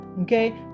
Okay